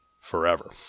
forever